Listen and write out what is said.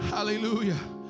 Hallelujah